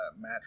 match